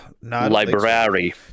library